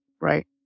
right